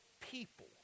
people